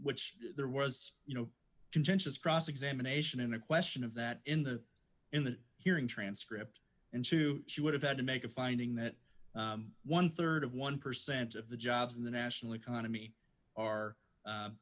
which there was you know contentious cross examination in a question of that in the in the hearing transcript and to she would have had to make a finding that one rd of one percent of the jobs in the national economy